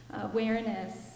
awareness